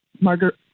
Margaret